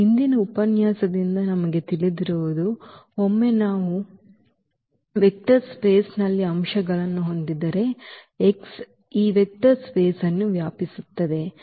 ಹಿಂದಿನ ಉಪನ್ಯಾಸದಿಂದ ನಮಗೆ ತಿಳಿದಿರುವುದು ಒಮ್ಮೆ ನಾವು ವೆಕ್ಟರ್ ಸ್ಪೇಸ್ನಲ್ಲಿ ಅಂಶಗಳನ್ನು ಹೊಂದಿದ್ದರೆ x ಈ ವೆಕ್ಟರ್ ಸ್ಪೇಸ್ ಅನ್ನು ವ್ಯಾಪಿಸುತ್ತದೆ x